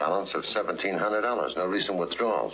balance of seventeen hundred dollars no reason what's